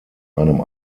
einem